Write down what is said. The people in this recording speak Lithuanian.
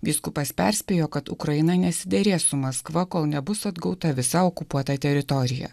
vyskupas perspėjo kad ukraina nesiderės su maskva kol nebus atgauta visa okupuota teritorija